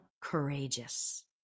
courageous